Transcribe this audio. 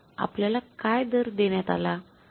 आपल्याला काय दर देण्यात आला